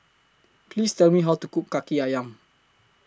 Please Tell Me How to Cook Kaki Ayam